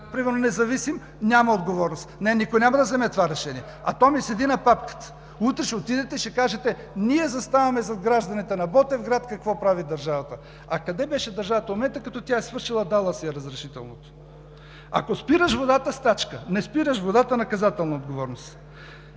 примерно, независим – няма отговорност. Не, никой няма да вземе това решение! А то ми седи на папката. Утре ще отидете и ще кажете: ние заставаме зад гражданите на Ботевград – какво прави държавата? А къде беше държавата в момента, като тя го е свършила, дала си е разрешителното? Ако спираш водата – стачка. Не спираш водата – наказателна отговорност.